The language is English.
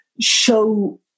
show